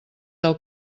del